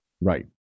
Right